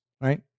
right